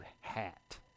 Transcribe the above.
hat